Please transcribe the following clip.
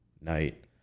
night